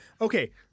Okay